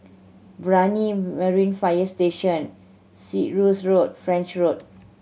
Brani Marine Fire Station Cyprus Road French Road